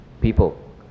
people